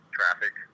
traffic